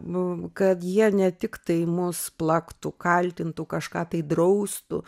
nu kad jie ne tik tai mus plaktų kaltintų kažką tai draustų